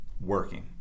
working